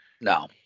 No